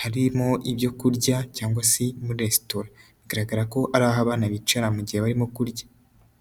harimo ibyo kurya cyangwa se muri resitora bigaragara ko ari abana bicara gihe barimo kurya.